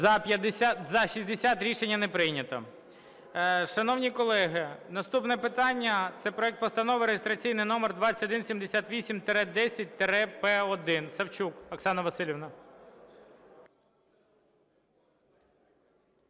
За-60 Рішення не прийнято. Шановні колеги, наступне питання – це проект Постанови реєстраційний номер 2178-10-П1, Савчук Оксана Василівна.